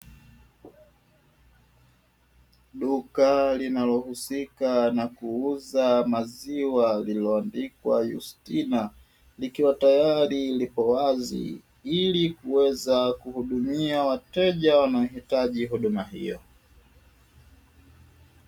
Duka linalohusika na kuuza maziwa vilivyoandikwa Yustina, likiwa tayari lipo wazi ili kuweza kuhudumia wateja nahitaji huduma hiyo.